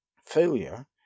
Failure